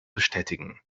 bestätigen